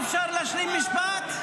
אי-אפשר להשלים משפט?